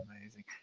amazing